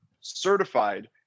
certified